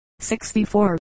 64